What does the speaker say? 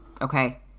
okay